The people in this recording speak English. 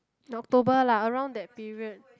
October lah around that period